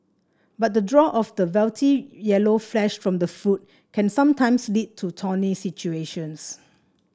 but the draw of the velvety yellow flesh from the fruit can sometimes lead to thorny situations